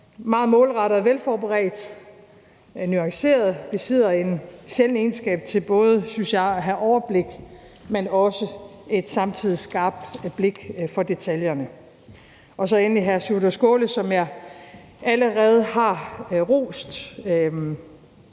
meget målrettet og velforberedt, nuanceret, besidder en sjælden egenskab i form af både, synes jeg, at have overblik, men også et samtidig skarpt blik for detaljerne. Endelig er der hr. Sjúrður Skaale, som jeg allerede har rost.